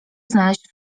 znaleźć